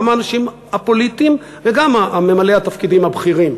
גם האנשים הפוליטיים וגם ממלאי התפקידים הבכירים,